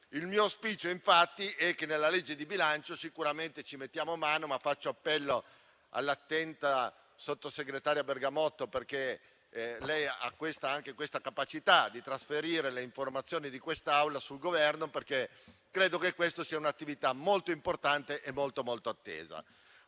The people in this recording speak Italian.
Il mio auspicio, infatti, è che nella legge di bilancio ci metteremo mano, ma faccio appello all'attenta sottosegretaria Bergamotto, perché ha anche questa capacità di trasferire le informazioni di quest'Assemblea al Governo. Io credo, infatti, che questa sia un'attività molto importante e molto attesa.